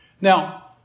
Now